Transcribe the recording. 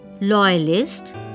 loyalist